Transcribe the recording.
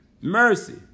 Mercy